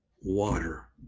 water